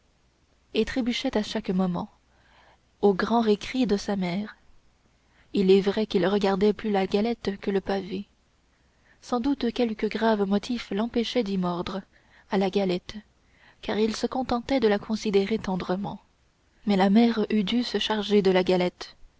et trébuchait à chaque moment au grand récri de sa mère il est vrai qu'il regardait plus la galette que le pavé sans doute quelque grave motif l'empêchait d'y mordre à la galette car il se contentait de la considérer tendrement mais la mère eût dû se charger de la galette